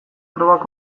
probak